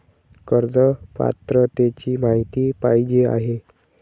कर्ज पात्रतेची माहिती पाहिजे आहे?